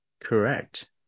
Correct